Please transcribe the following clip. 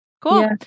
Cool